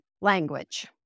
language